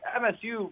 msu